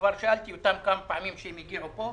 כבר שאלתי כמה פעמים כשהם הגיעו לפה.